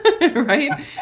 Right